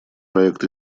проект